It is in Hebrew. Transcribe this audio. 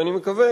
ואני מקווה